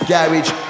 Garage